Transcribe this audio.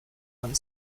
and